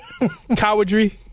Cowardry